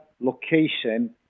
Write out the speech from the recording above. location